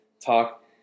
talk